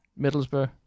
middlesbrough